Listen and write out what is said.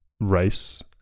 Race